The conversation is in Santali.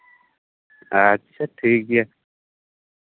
ᱟᱪᱪᱷᱟ ᱴᱷᱤᱠ ᱜᱮᱭᱟ